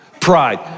pride